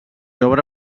obre